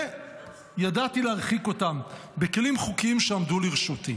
ו ידעתי להרחיק אותם בכלים חוקיים שעמדו לרשותי.